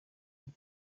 hip